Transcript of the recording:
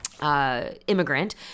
immigrant